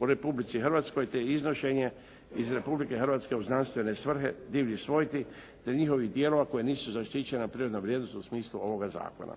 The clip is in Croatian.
u Republici Hrvatskoj, te iznošenje iz Republike Hrvatske u znanstvene svrhe divljih svojti, te njihovih dijelova koja nisu zaštićena prirodna vrijednost u smislu ovoga zakona.